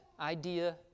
idea